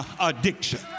addiction